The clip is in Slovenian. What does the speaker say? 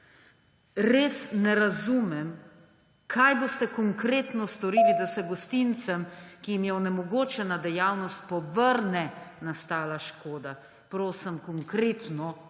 res ne razumem: Kaj boste konkretno storili, da se gostincem, ki jim je onemogočena dejavnost, povrne nastala škoda? Prosim, konkretno